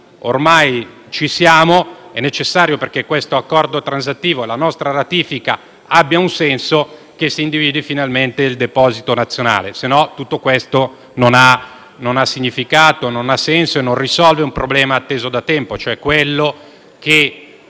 Ormai ci siamo ed è necessario, perché questo Accordo transattivo e la nostra ratifica abbiano un senso, che si individui finalmente il deposito nazionale; altrimenti tutto questo non ha significato, non ha senso e non risolve un problema atteso da tempo, cioè che